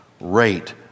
rate